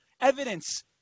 evidence